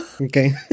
Okay